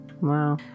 Wow